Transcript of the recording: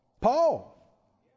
Paul